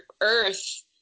earth